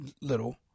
little